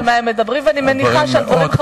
מדבר אלייך אדם,